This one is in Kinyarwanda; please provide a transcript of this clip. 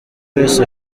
wese